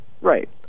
Right